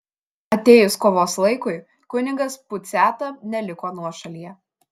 atėjus kovos laikui kunigas puciata neliko nuošalyje